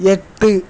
எட்டு